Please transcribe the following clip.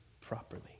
properly